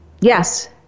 Yes